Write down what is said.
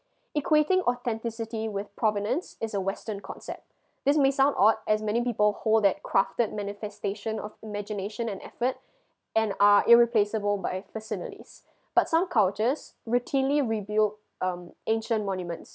equating authenticity with prominence is a western concept this may sound odd as many people hold that crafted manifestation of imagination and effort and are irreplaceable by personalist but some cultures routinely reviewed um ancient monuments